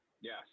Yes